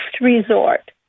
resort